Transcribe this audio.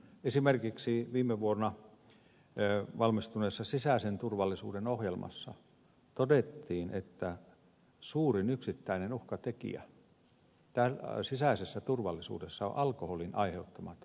esimerkiksi viime vuonna valmistuneessa sisäisen turvallisuuden ohjelmassa todettiin että suurin yksittäinen uhkatekijä sisäisessä turvallisuudessa ovat alkoholin aiheuttamat ongelmat